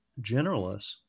generalists